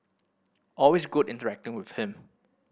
always good interacting with him